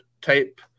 type